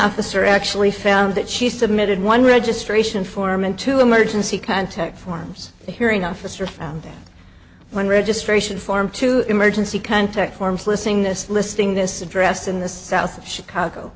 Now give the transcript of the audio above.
officer actually found that she submitted one registration form and two emergency contact forms the hearing officer found that when registration form two emergency contact forms listing this listing this address in the south of chicago